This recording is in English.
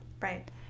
Right